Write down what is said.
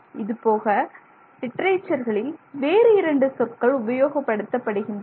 இதுபோக லிட்டரேச்சர்களில் வேறு 2 சொற்கள் உபயோகப்படுத்தப்படுகின்றன